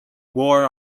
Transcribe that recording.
war